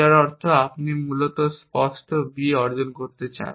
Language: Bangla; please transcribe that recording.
যার অর্থ আপনি মূলত স্পষ্ট b অর্জন করতে চান